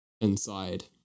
inside